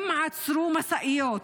הם עצרו משאיות,